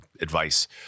advice